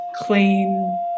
clean